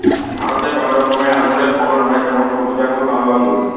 ভারতে কয়েক রকমের আঙুরের ফলন হয় যেমন সবুজ আঙ্গুর, কালো আঙ্গুর